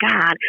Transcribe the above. God